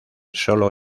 solo